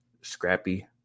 scrappy